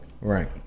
right